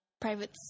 private